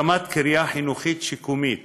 הקמת קריה חינוכית שיקומית